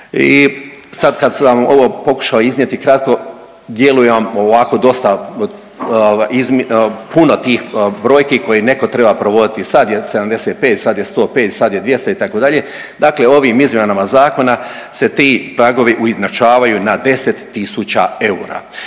I sad kad sam ovo pokušao iznijeti kratko djeluje vam ovako dosta puno tih brojki koje netko treba provoditi. Sad je 75, sad je 105, sad je 200 itd. Dakle, ovim izmjenama zakona se ti pragovi ujednačavaju na 10 000 eura.